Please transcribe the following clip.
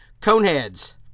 Coneheads